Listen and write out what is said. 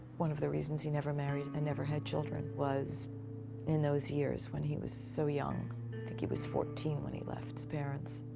one of the reasons he never married and never had children was in those years when he was so young i think he was fourteen when he left his parents.